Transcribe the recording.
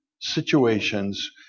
situations